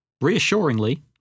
reassuringly